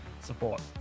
support